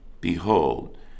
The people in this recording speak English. Behold